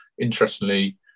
interestingly